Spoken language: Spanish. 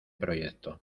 proyecto